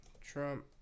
Trump